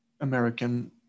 american